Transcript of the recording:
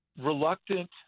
reluctant